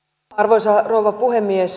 arvoisa rouva puhemies